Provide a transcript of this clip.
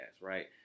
right